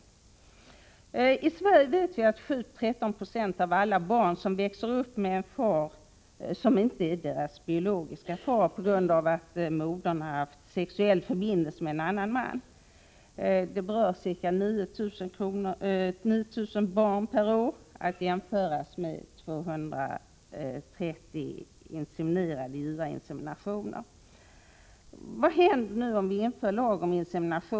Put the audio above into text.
Vi vet att 7-13 96 av alla barn i Sverige växer upp med en far som inte är deras biologiske far, på grund av att modern har haft sexuell förbindelse med en annan man. Detta berör årligen ca 9 000 barn — att jämföras med ca 230 barn som kommit till genom givarinsemination. Men vad händer nu om vi inför en lag om insemination?